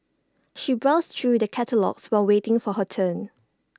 she browsed through the catalogues while waiting for her turn